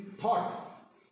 thought